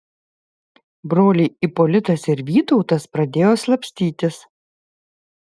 broliai ipolitas ir vytautas pradėjo slapstytis